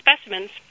specimens